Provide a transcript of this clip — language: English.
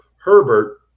Herbert